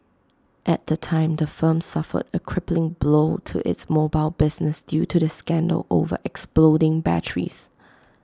at the time the firm suffered A crippling blow to its mobile business due to the scandal over exploding batteries